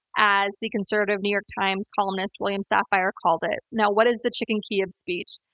as the conservative new york times columnist william sapphire called it. now what is the chicken kyiv speech?